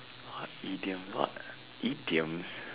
what idiom what idioms